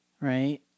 right